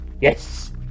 Yes